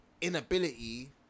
inability